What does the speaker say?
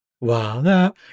Wow